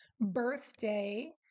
birthday